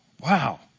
Wow